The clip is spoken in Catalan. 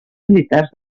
militars